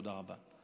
תודה רבה.